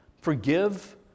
forgive